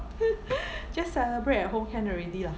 just celebrate at home can already ah